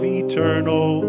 eternal